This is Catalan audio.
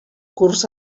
curs